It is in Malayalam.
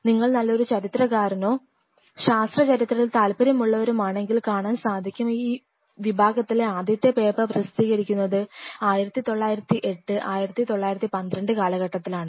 നിങ്ങൾ നല്ലൊരു ഒരു ചരിത്രകാരനോ ശാസ്ത്ര ചരിത്രത്തിൽ താല്പര്യമുള്ളവരും ആണെങ്കിൽ കാണാൻ സാധിക്കും ഈ വിഭാഗത്തിലെ ആദ്യത്തെ പേപ്പർ പ്രസിദ്ധീകരിക്കുന്നത് 19081912 കാലഘട്ടത്തിലാണ്